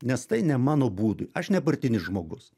nes tai ne mano būdui aš nepartinis žmogus